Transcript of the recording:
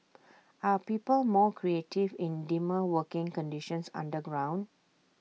are people more creative in dimmer working conditions underground